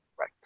Right